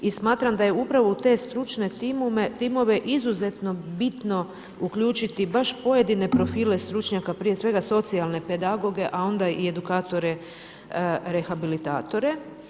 I smatram da je upravo u te stručne timove, izuzeto bitno, uključiti baš pojedine profile stručnjaka, prije svega, socijalne pedagoge a onda i edukatore, rehabilitatore.